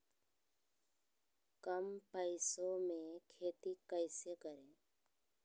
कम पैसों में खेती कैसे करें?